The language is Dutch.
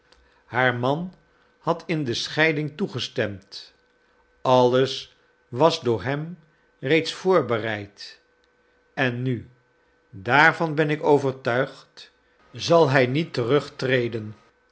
haar man had in de scheiding toegestemd alles was door hem reeds voorbereid en nu daarvan ben ik overtuigd zal hij niet